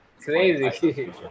Crazy